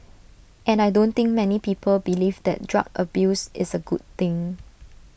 and I don't think many people believe that drug abuse is A good thing